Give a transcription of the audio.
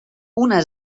una